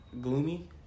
Gloomy